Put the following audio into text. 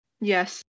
Yes